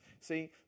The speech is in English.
See